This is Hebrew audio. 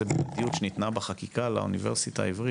לאיזו --- שניתנה בחקיקה לאוניברסיטה העברית,